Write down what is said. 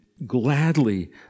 gladly